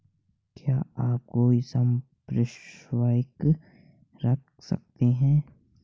क्या आप कोई संपार्श्विक रख सकते हैं?